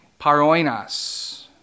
paroinas